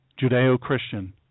Judeo-Christian